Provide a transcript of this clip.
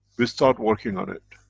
we start working on it.